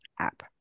app